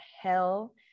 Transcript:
hell